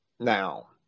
Now